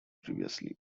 previously